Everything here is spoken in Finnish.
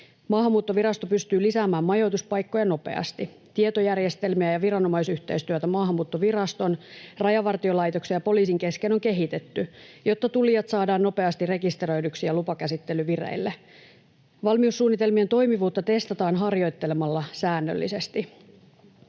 Maahanmuuttovirasto pystyy lisäämään majoituspaikkoja nopeasti. Tietojärjestelmiä ja viranomaisyhteistyötä Maahanmuuttoviraston, Rajavartiolaitoksen ja poliisin kesken on kehitetty, jotta tulijat saadaan nopeasti rekisteröidyksi ja lupakäsittely vireille. Valmiussuunnitelmien toimivuutta testataan harjoittelemalla säännöllisesti.